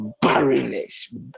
barrenness